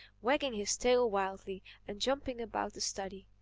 wagging his tail wildly and jumping about the study.